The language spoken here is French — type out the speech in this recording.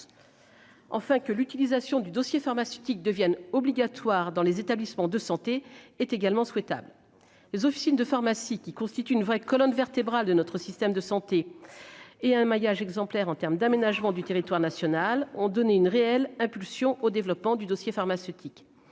que l'utilisation du dossier pharmaceutique devienne obligatoire dans les établissements de santé. Les officines de pharmacie, qui constituent une vraie colonne vertébrale de notre système de santé et assurent un maillage exemplaire en termes d'aménagement du territoire national, ont donné une réelle impulsion au développement de ce dossier. À l'inverse,